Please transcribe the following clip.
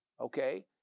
okay